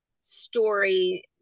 story